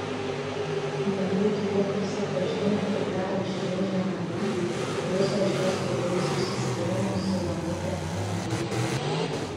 nebūtų jie prisipažinę ir dar apšmeižę mane viso šio skaudaus išsiskyrimo su ramute nebūtų